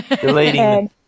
Deleting